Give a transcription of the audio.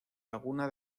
laguna